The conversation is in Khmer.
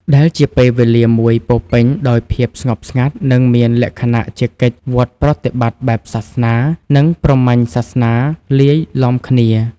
ដែលជាពេលវេលាមួយពោរពេញដោយភាពស្ងប់ស្ងាត់ និងមានលក្ខណៈជាកិច្ចវត្តប្រតិបត្តិបែបសាសនា និងព្រហ្មញ្ញសាសនាលាយឡំគ្នា។